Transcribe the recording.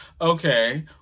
Okay